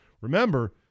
Remember